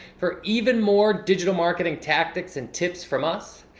for even more digital marketing tactics and tips from us.